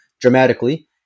dramatically